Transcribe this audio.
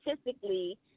statistically